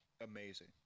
amazing